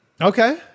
Okay